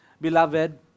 beloved